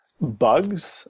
bugs